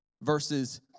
verses